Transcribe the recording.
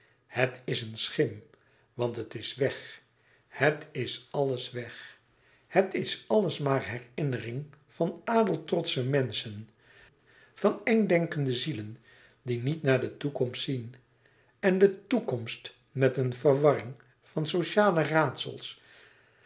het is een schim want het is weg het is alles weg het is alles maar herinnering van adeltrotsche menschen van eng denkende zielen die niet naar de toekomst zien en de toekomst met een verwarring van sociale raadsels